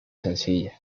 sencilla